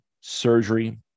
surgery